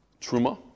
truma